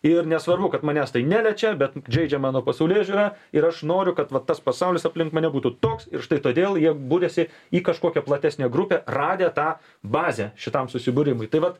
ir nesvarbu kad manęs tai neliečia bet žeidžia mano pasaulėžiūrą ir aš noriu kad vat tas pasaulis aplink mane būtų toks ir štai todėl jie buriasi į kažkokią platesnę grupę radę tą bazę šitam susibūrimui tai vat